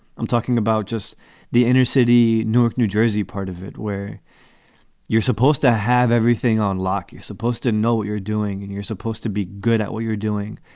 i'm talking about just the inner city, newark, new jersey, part of it, where you're supposed to have everything on lock. you're supposed to know what you're doing and you're supposed to be good at what you're doing.